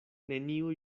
neniu